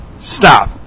stop